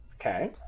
Okay